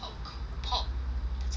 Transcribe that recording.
pork that's all